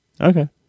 Okay